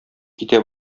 китә